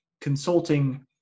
consulting